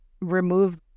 remove